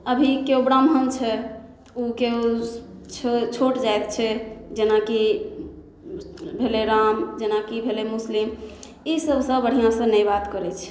अभी केओ ब्राह्मण छै ओके छो छोट जाइत छै जेनाकि भेलै राम जेनाकि भेलै मुस्लिम ई सभसँ बढ़िआँ सँ नहि बात करै छै